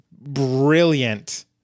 brilliant